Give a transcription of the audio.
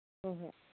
ꯍꯣꯍꯣꯏ